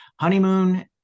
honeymoon